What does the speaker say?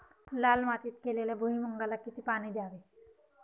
लाल मातीत केलेल्या भुईमूगाला किती पाणी द्यावे?